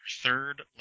third